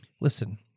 listen